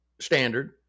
standard